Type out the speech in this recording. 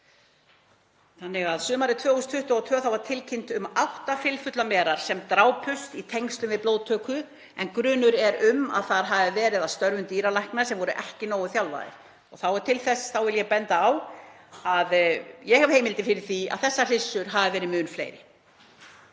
hana. Sumarið 2022 var tilkynnt um átta fylfullar merar sem drápust í tengslum við blóðtöku og grunur er um að þar hafi verið að störfum dýralæknar sem voru ekki nógu þjálfaðir. Þá vil ég benda á að ég hef heimildir fyrir því að þessar hryssur hafi verið mun fleiri.